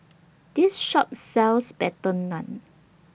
This Shop sells Butter Naan